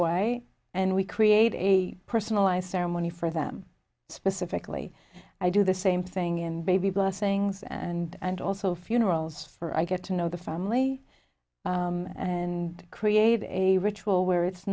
way and we create a personalized ceremony for them specifically i do the same thing and baby blessings and also funerals for i get to know the family and created a ritual where it's